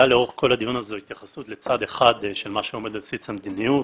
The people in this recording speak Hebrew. לאורך כל הדיון הזה הייתה התייחסות לצד אחד של מה שעומד בבסיס המדיניות,